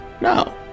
no